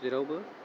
जेरावबो